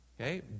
okay